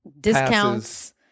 discounts